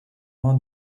loin